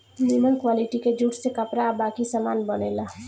निमन क्वालिटी के जूट से कपड़ा आ बाकी सामान बनेला